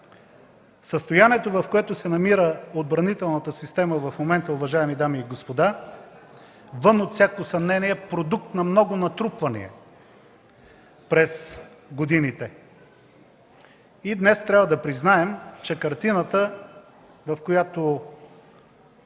Състоянието, в което се намира отбранителната система в момента, уважаеми дами и господа, вън от всяко съмнение е продукт от много натрупвания през годините. Днес трябва да признаем, че картината и